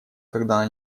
когда